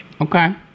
Okay